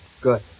Good